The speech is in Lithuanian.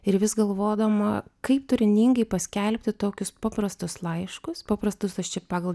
ir vis galvodama kaip turiningai paskelbti tokius paprastus laiškus paprastus aš čia pagal